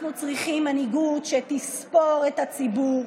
אנחנו צריכים מנהיגות שתספור את הציבור,